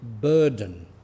burden